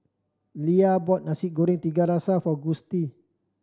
Leia bought Nasi Goreng Seafood tiga for Gustie